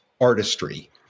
artistry